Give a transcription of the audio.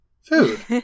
Food